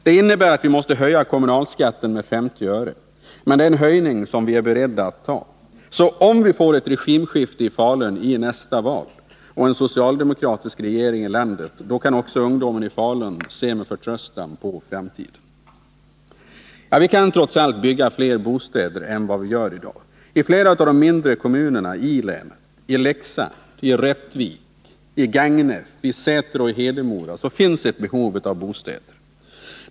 Det innebär att vi måste höja kommunalskatten med 50 öre, men det är en höjning som vi är beredda att ta. Så om vi får ett regimskifte i Falun i nästa val och en socialdemokratisk regering i landet kan ungdomen i Falun se med förtröstan på framtiden. Vi kan trots allt bygga flera bostäder än vad vi gör. I flera av de mindre kommunerna i Kopparbergs län, i Leksand, Rättvik, Gagnef, Säter och Hedemora finns behov av bostäder.